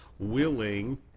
willing